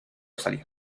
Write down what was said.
salir